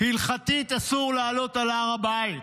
הלכתית אסור לעלות על הר הבית,